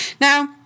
Now